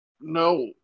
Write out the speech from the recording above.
No